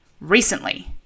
recently